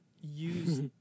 use